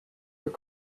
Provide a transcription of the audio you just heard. were